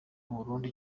burundu